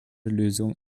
lösung